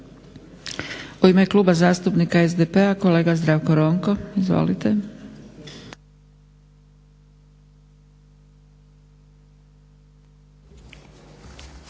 U ime Kluba zastupnika SDP-a kolega Zdravko Ronko, izvolite.